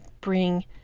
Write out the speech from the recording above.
bring